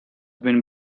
been